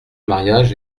mariage